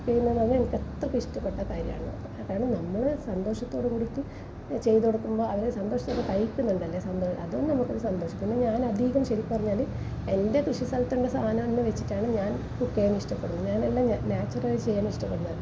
ഇപ്പോഴും ഞാൻ അങ്ങനെയാണ് എനിക്കത്രയ്ക്ക് ഇഷ്ടപ്പെട്ട കാര്യമാണ് കാരണം നമ്മള് സന്തോഷത്തോടു കൂടിയിട്ട് ചെയ്ത് കൊടുക്കുമ്പം അവര് സന്തോഷത്തോടെ കഴിക്കുന്നുണ്ടല്ലോ അതും നമുക്കൊരു സന്തോഷം തന്നെ പിന്നെ ഞാൻ അധികം ചെയ്തെന്ന് പറഞ്ഞാല് എൻ്റെ കൃഷിസ്ഥലത്തുള്ള സാധനങ്ങൾ വെച്ചിട്ടാണ് ഞാൻ കുക്ക് ചെയ്യാൻ ഇഷ്ടപ്പെടുന്നത് ഞാനെല്ലാം നാച്ചുറലായി ചെയ്യാൻ ഇഷ്ടപെടുന്ന ആളാണ്